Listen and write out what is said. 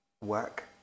work